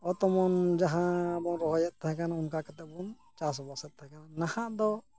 ᱚᱛ ᱚᱢᱚᱱ ᱡᱟᱦᱟᱸ ᱵᱚᱱ ᱨᱚᱦᱚᱭᱮᱫ ᱛᱟᱦᱮᱸ ᱠᱟᱱ ᱚᱱᱠᱟ ᱠᱟᱛᱮ ᱜᱮᱵᱚᱱ ᱪᱟᱥᱵᱟᱥᱮᱫ ᱛᱟᱦᱮᱸ ᱠᱟᱱᱟ ᱱᱟᱦᱟᱜ ᱫᱚ